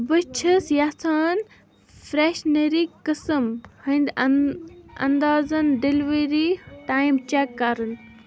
بہٕ چھِس یژھان فرٛٮ۪شنٔری قٕسٕم ہٕنٛدۍ اَن اَندازَن ڈٮ۪لؤری ٹایم چٮ۪ک کرٕنۍ